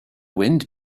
wind